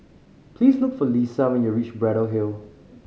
please look for Lissa when you reach Braddell Hill